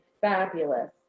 fabulous